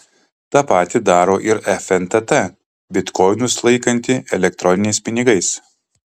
tą patį daro ir fntt bitkoinus laikanti elektroniniais pinigais